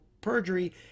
perjury